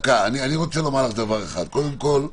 קודם כל,